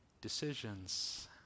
Decisions